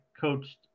coached